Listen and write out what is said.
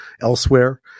elsewhere